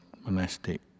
monastic